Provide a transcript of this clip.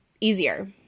easier